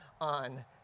on